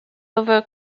over